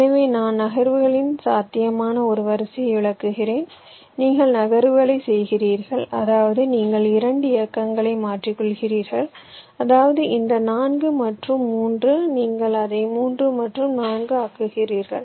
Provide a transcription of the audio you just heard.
எனவே நான் நகர்வுகளின் சாத்தியமான ஒரு வரிசையை விளக்குகிறேன் நீங்கள் நகர்வுகளை செய்கிறீர்கள் அதாவது நீங்கள் இரண்டு இயக்கங்களை மாற்றிக் கொள்கிறீர்கள் அதாவது இந்த 4 மற்றும் 3 நீங்கள் அதை 3 மற்றும் 4 ஆக்குகிறீர்கள்